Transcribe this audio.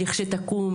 לכשתקום,